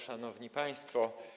Szanowni Państwo!